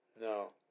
No